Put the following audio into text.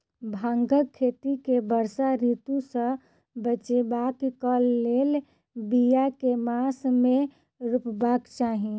भांगक खेती केँ वर्षा ऋतु सऽ बचेबाक कऽ लेल, बिया केँ मास मे रोपबाक चाहि?